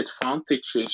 advantages